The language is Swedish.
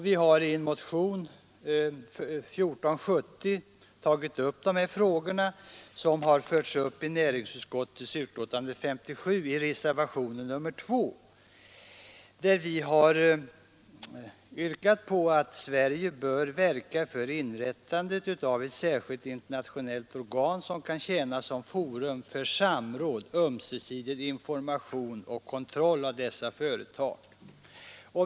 Vi har i motionen 1470 tagit upp dessa frågor, som följts upp i reservationen 2 i näringsutskottets betänkande nr 57. Vi har där yrkat på att Sverige bör verka för inrättandet av ett särskilt internationellt organ, som kan tjäna som forum för samråd, ömsesidig information och kontroll av dessa företag.